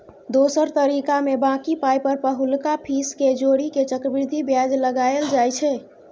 दोसर तरीकामे बॉकी पाइ पर पहिलुका फीस केँ जोड़ि केँ चक्रबृद्धि बियाज लगाएल जाइ छै